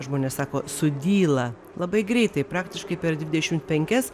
žmonės sako sudyla labai greitai praktiškai per dvidešim penkias